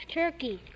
turkey